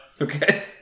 Okay